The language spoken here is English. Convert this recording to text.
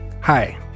Hi